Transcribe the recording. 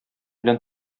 белән